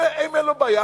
שאם אין לו בעיה,